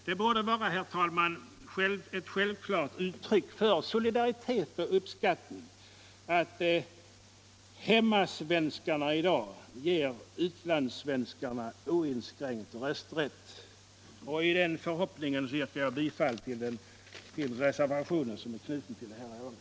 Det borde, herr talman, vara ett självklart uttryck för solidaritet och uppskattning att hemmasvenskarna i dag ger utlandssvenskarna oinskränkt rösträtt. I den förhoppningen yrkar jag bifall till reservation nr 1 som är knuten till detta betänkande.